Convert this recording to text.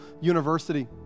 university